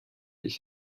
ich